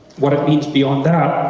what it means beyond that,